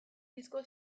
disko